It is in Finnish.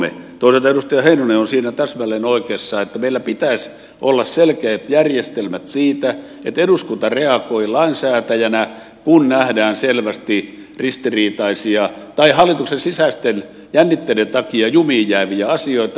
toisaalta edustaja heinonen on siinä täsmälleen oikeassa että meillä pitäisi olla selkeät järjestelmät siitä että eduskunta reagoi lainsäätäjänä kun nähdään selvästi ristiriitaisia tai hallituksen sisäisten jännitteiden takia jumiin jääviä asioita